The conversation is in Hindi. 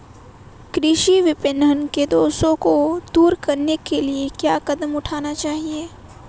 कृषि विपणन के दोषों को दूर करने के लिए क्या कदम उठाने चाहिए?